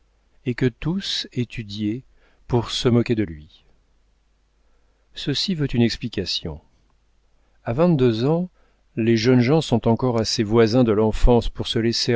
et que tous étudiaient pour se moquer de lui ceci veut une explication a vingt-deux ans les jeunes gens sont encore assez voisins de l'enfance pour se laisser